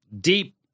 deep